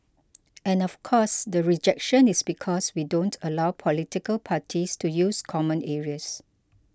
and of course the rejection is because we don't allow political parties to use common areas